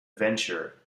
venture